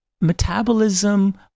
metabolism